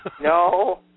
No